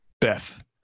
Beth